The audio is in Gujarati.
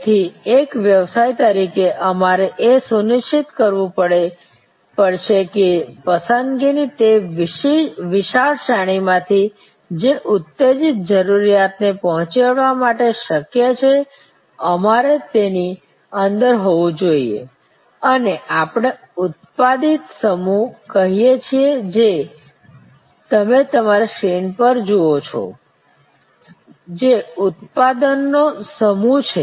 તેથી એક વ્યવસાય તરીકે અમારે એ સુનિશ્ચિત કરવું પડશે કે પસંદગીની તે વિશાળ શ્રેણીમાંથી જે ઉત્તેજિત જરૂરિયાતને પહોંચી વળવા માટે શક્ય છે અમારે તેની અંદર હોવું જોઈએ જેને આપણે ઉત્પાદિત સમૂહ કહીએ છીએ જે તમે તમારી સ્ક્રીન પર જુઓ છો જે ઉત્પાદનોનો સમૂહ છે